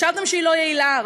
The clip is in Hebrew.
חשבתם שהיא לא יעילה,